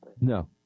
No